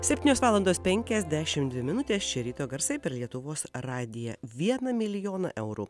septynios valandos penkiasdešimt dvi minutės čia ryto garsai per lietuvos radiją vieną milijoną eurų